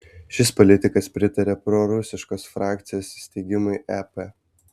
šis politikas pritaria prorusiškos frakcijos įsteigimui ep